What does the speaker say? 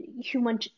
human